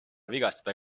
vigastada